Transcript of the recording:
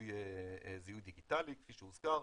זיהוי דיגיטלי כפי שהוזכר,